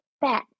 bet